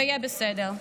ויהיה בסדר.